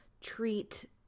treat